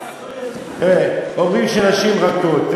אומרים שנשים רכות.